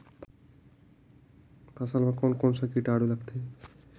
फसल मा कोन कोन सा कीटाणु लगथे?